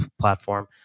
platform